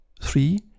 Three